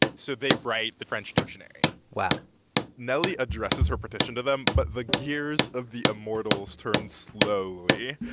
so they write the french dictionary wow nelly addresses her petition to them, but the gears of the immortals turns slowly.